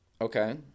Okay